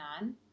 on